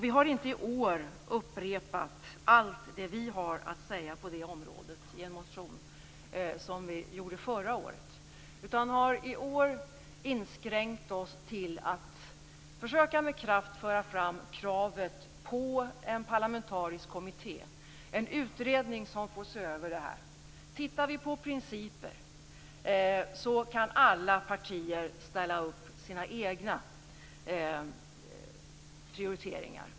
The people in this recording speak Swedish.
Vi har inte i år upprepat allt det vi har att säga på det området i en motion, som vi gjorde förra året, utan vi har inskränkt oss till att försöka att med kraft föra fram kravet på en parlamentarisk kommitté, en utredning som får se över det här. Tittar vi på principer kan alla partier ställa upp sina egna prioriteringar.